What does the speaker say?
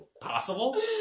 possible